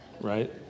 Right